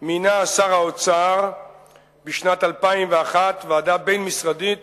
מינה שר האוצר בשנת 2001 ועדה בין-משרדית